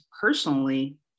personally